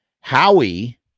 Howie